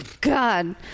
god